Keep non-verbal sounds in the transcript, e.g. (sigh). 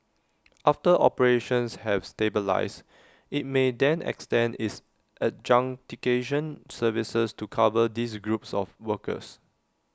after operations have stabilised IT may then extend its (unintelligible) services to cover these groups of workers